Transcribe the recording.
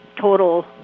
total